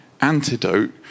antidote